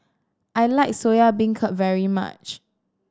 I like Soya Beancurd very much